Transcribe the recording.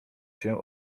się